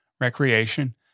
recreation